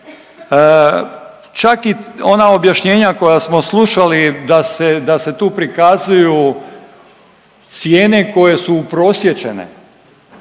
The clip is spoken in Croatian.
Čak i ona objašnjenja koja smo slušali da se tu prikazuju cijene koje su uprosječene,